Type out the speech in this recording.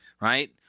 right